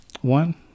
one